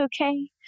okay